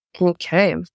Okay